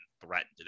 threatened